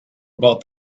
about